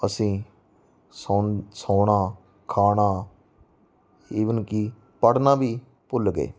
ਅਸੀਂ ਸੌਂ ਸੌਣਾ ਖਾਣਾ ਈਵਨ ਕਿ ਪੜ੍ਹਨਾ ਵੀ ਭੁੱਲ ਗਏ